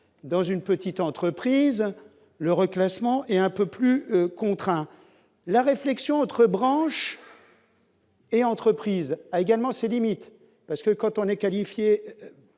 dans une petite entreprise, le reclassement et un peu plus contraint la réflexion autre branches. Et entreprises, a également ses limites parce que quand on est qualifié